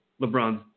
LeBron